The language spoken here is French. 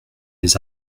les